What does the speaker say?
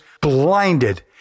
blinded